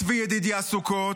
צבי ידידיה סוכות,